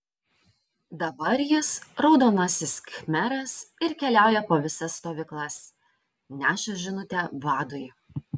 dabar jis raudonasis khmeras ir keliauja po visas stovyklas neša žinutę vadui